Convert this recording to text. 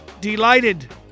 delighted